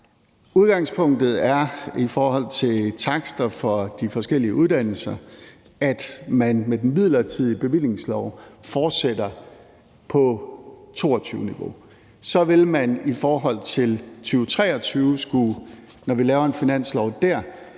Udgangspunktet i forhold til takster for de forskellige uddannelser er, at man med den midlertidige bevillingslov fortsætter på 2022-niveau. Så vil man i forhold til 2023, når vi laver en finanslov der,